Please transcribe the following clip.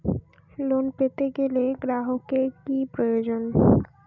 Loan পেতে গেলে গ্রাহকের কি প্রয়োজন?